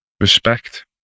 respect